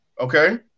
Okay